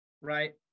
right